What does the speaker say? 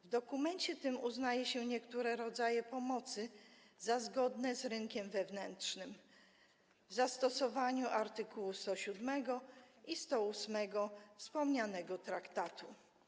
W dokumencie tym uznaje się niektóre rodzaje pomocy za zgodne z rynkiem wewnętrznym w zastosowaniu art. 107 i art. 108 wspomnianego traktatu.